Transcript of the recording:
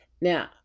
Now